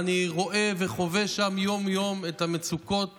ואני רואה וחווה שם יום-יום את המצוקות